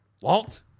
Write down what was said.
Walt